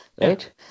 right